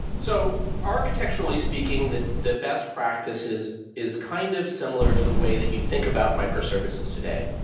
so architecturally speaking, the the best practice is is kind of similar to the way that you think about microservices today.